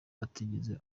atigeze